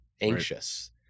anxious